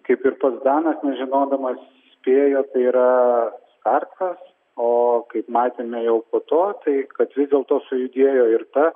kaip ir pats danas nežinodamas spėjo tai yra startas o kaip matėme jau po to tai kad vis dėlto sujudėjo ir ta